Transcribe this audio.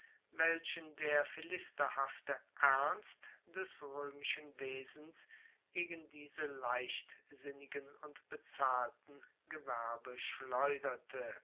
welchen der philisterhafte ernst des roemischen wesens gegen diese leichtsinnigen und bezahlten gewerbe schleuderte